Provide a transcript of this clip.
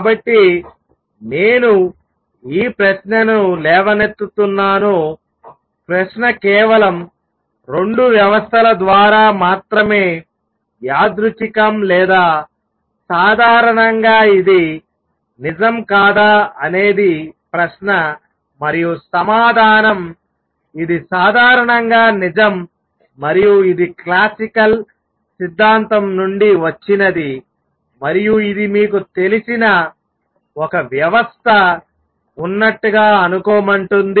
కాబట్టి నేను ఈ ప్రశ్నను లేవనెత్తుతాను ప్రశ్న కేవలం 2 వ్యవస్థల ద్వారా మాత్రమే యాదృచ్చికం లేదా సాధారణంగా ఇది నిజం కాదా అనేది ప్రశ్న మరియు సమాధానం ఇది సాధారణంగా నిజం మరియు ఇది క్లాసికల్ సిద్ధాంతం నుండి వచ్చినది మరియు ఇది మీకు తెలిసిన ఒక వ్యవస్థ ఉన్నట్టుగా అనుకోమంటుంది